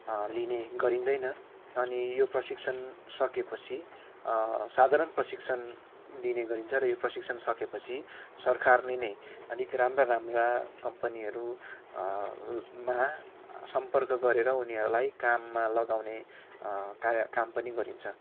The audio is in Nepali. लिने गरिँदैन अनि यो प्रशिक्षण सकेपछि साधारण प्रशिक्षण दिने गरिन्छ र यो प्रशिक्षण सकेपछि सरकारले नै अलिक राम्रा राम्रा कम्पनीहरूमा सम्पर्क गरेर उनीहरूलाई काममा लगाउने काम पनि गरिन्छ